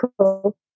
cool